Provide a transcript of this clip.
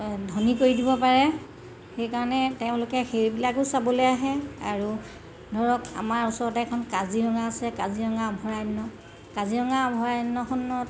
ধনী কৰি দিব পাৰে সেইকাৰণে তেওঁলোকে সেইবিলাকো চাবলৈ আহে আৰু ধৰক আমাৰ ওচৰতে এখন কাজিৰঙা আছে কাজিৰঙা অভয়াৰণ্য কাজিৰঙা অভয়াৰণ্যখনত